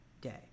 day